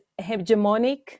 hegemonic